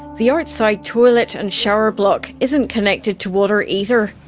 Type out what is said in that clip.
the outside toilet and shower block isn't connected to water either.